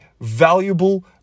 valuable